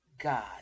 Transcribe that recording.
God